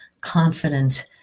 confident